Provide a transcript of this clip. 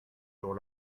jour